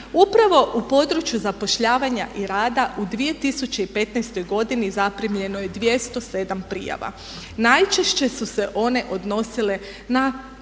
Upravo u području zapošljavanja i rada u 2015. godini zaprimljeno je 207 prijava. Najčešće su se one odnosile na